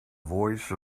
voice